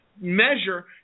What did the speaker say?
measure